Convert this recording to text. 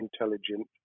intelligent